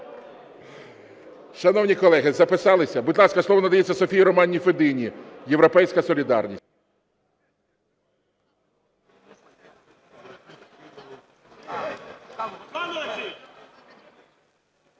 Шановні колеги, записалися? Будь ласка, слово надається Софії Романівні Федині, "Європейська солідарність".